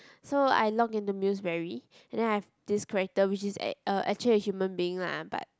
so I log into muse berry and then I have this character which is a~ uh actually a human being lah but